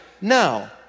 now